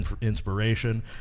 inspiration